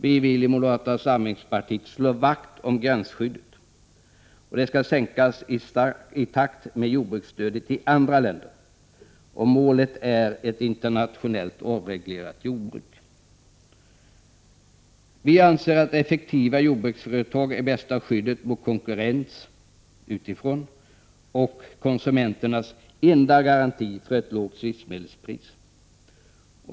Vi vill i moderata samlingspartiet slå vakt om gränsskyddet. Det skall sänkas i takt med jordbruksstödet i andra länder, och målet är ett internationellt avreglerat jordbruk. Vi anser att effektiva jordbruksföretag är bästa skyddet mot konkurrens utifrån och konsumenternas enda garanti för ett lågt livsmedelspris.